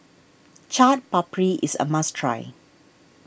Chaat Papri is a must try